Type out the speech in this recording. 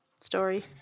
story